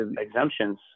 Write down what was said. exemptions